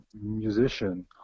musician